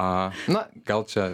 na gal čia